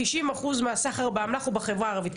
90 אחוז מהסחר באמל"ח הוא בחברה הערבית.